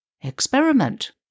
Experiment